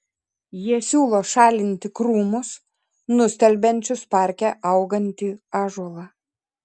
jie siūlo šalinti krūmus nustelbiančius parke augantį ąžuolą